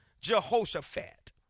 Jehoshaphat